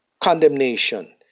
condemnation